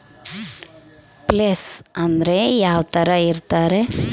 Place ಅಂದ್ರೆ ಯಾವ್ತರ ಇರ್ತಾರೆ?